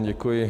Děkuji.